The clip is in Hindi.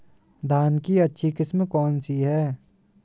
धान की अच्छी किस्म कौन सी है?